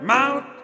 Mount